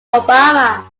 obama